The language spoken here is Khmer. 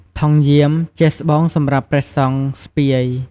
ថង់យាម ជាស្បោងសម្រាប់ព្រះសង្ឃស្ពាយ។